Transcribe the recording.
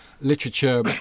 literature